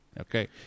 Okay